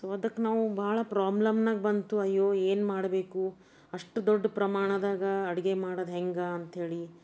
so ಅದಕ್ಕೆ ನಾವು ಬಹಳ ಪ್ರಾಬ್ಲಮ್ನಾಗ ಬಂತು ಅಯ್ಯೋ ಏನ್ಮಾಡ್ಬೇಕು ಅಷ್ಟು ದೊಡ್ಡ ಪ್ರಮಾಣದಾಗ ಅಡುಗೆ ಮಾಡೋದು ಹೆಂಗೆ ಅಂಥೇಳಿ